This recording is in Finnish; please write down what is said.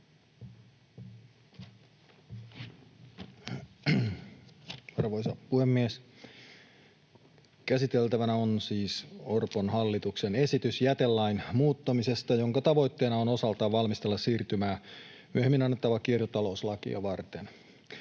Arvoisa puhemies! Käsiteltävänä on siis Orpon hallituksen esitys jätelain muuttamisesta, jonka tavoitteena on osaltaan valmistella siirtymää myöhemmin annettavaa kiertotalouslakia varten.